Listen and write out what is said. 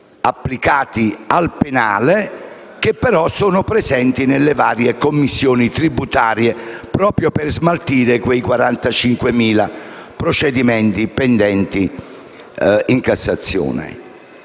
applicati al penale, i quali però sono presenti nelle varie commissioni tributarie, proprio per smaltire quei 45.000 procedimenti pendenti. Si